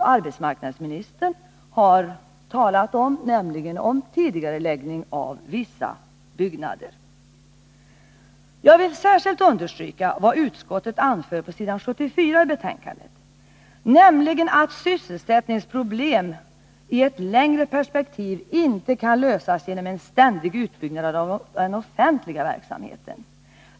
arbetsmarknadsministern har talat om, nämligen om tidigareläggning av vissa byggnader. Jag vill särskilt understryka vad utskottet anför på s. 74 i betänkandet, nämligen att sysselsättningsproblemen i ett längre perspektiv inte kan lösas genom en ständig utbyggnad av den offentliga verksamheten.